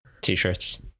t-shirts